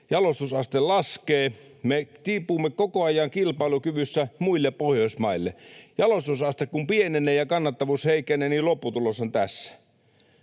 Jalostusaste laskee. Me tipumme koko ajan kilpailukyvyssä muihin Pohjoismaihin nähden. Jalostusaste kun pienenee ja kannattavuus heikkenee, niin lopputulos on tässä.